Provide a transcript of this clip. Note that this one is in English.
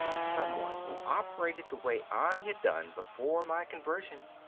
someone who operated the way i had done before my conversion.